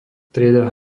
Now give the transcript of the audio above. trieda